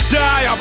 die